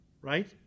right